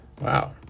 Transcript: Wow